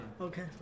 Okay